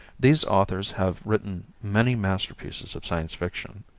these authors have written many masterpieces of science fiction.